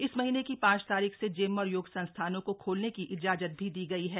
इस महीने की ांच तारीख से जिम और योग संस्थानों को खोलने की इजाजत भी दी गई है